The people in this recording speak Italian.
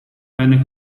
venne